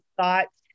thoughts